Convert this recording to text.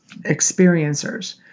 experiencers